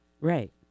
Right